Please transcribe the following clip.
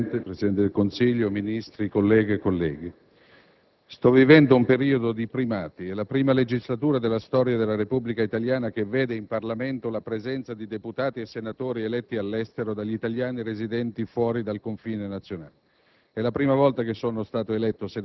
Signor Presidente, Presidente del Consiglio dei ministri, colleghe e colleghi, sto vivendo un periodo di primati. È la prima legislatura della storia della Repubblica italiana che vede in Parlamento la presenza di deputati e senatori eletti all'estero dagli italiani residenti fuori dal confine nazionale.